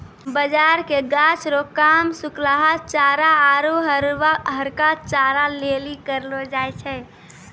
बाजरा के गाछ रो काम सुखलहा चारा आरु हरका चारा लेली करलौ जाय छै